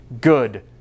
good